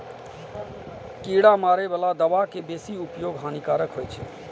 कीड़ा मारै बला दवा के बेसी उपयोग हानिकारक होइ छै